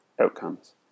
outcomes